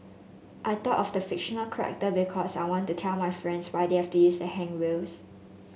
I thought of the fictional character because I want to tell my friends why they have to use the handrails